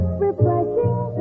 refreshing